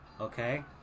okay